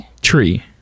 tree